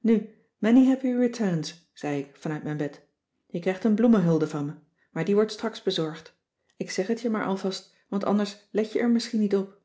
nu many happy returns zei ik vanuit mijn bed je krijgt een bloemenhulde van me maar die wordt straks bezorgd ik zeg het je maar alvast want anders let je er misschien niet op